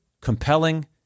compelling